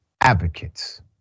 advocates